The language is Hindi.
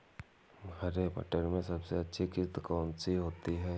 हरे मटर में सबसे अच्छी किश्त कौन सी होती है?